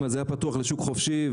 אם זה היה פתוח לשוק חופשי,